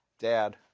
dad.